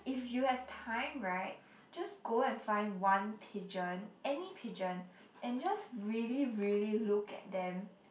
if you have time right just go and find one pigeon any pigeon and just really really look at them